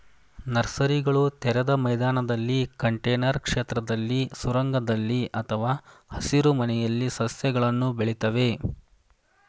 ನರ್ಸರಿಗಳು ತೆರೆದ ಮೈದಾನದಲ್ಲಿ ಕಂಟೇನರ್ ಕ್ಷೇತ್ರದಲ್ಲಿ ಸುರಂಗದಲ್ಲಿ ಅಥವಾ ಹಸಿರುಮನೆಯಲ್ಲಿ ಸಸ್ಯಗಳನ್ನು ಬೆಳಿತವೆ